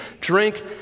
drink